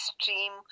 stream